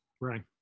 right